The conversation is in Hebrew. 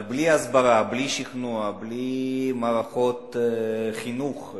אבל בלי הסברה, בלי שכנוע, בלי מערכות חינוך,